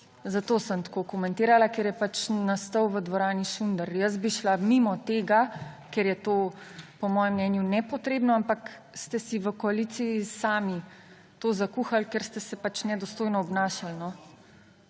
Zato sem tako komentirala, ker je pač nastal v dvorani šunder. Jaz bi šla mimo tega, ker je to po mojem mnenju nepotrebno, ampak ste si v koaliciji sami to zakuhali, ker ste se pač nedostojno obnašali